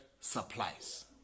supplies